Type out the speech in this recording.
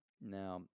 Now